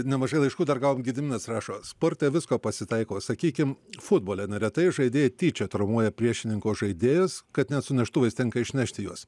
nemažai laiškų dar gavom gediminas rašo sporte visko pasitaiko sakykim futbole neretai žaidėjai tyčia traumuoja priešininko žaidėjus kad net su neštuvais tenka išnešti juos